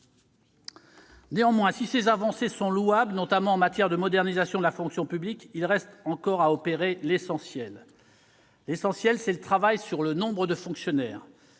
Néanmoins, si ces avancées sont louables, notamment en matière de modernisation de la fonction publique, il reste à opérer l'essentiel : le travail relatif au nombre de fonctionnaires.